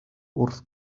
wrth